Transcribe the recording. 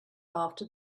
after